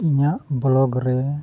ᱤᱧᱟᱹᱜ ᱵᱚᱞᱚᱜ ᱨᱮ